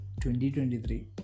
2023